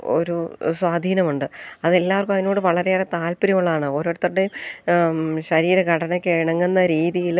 ഒരു സ്വാധീനമുണ്ട് അതെല്ലാവർക്കും അതിനോട് വളരെയേറെ താൽപര്യമുള്ളതാണ് ഓരോരുത്തരുടെയും ശരീരഘടനക്കിണങ്ങുന്ന രീതിയിൽ